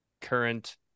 current